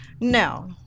No